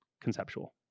conceptual